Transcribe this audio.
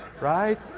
right